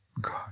God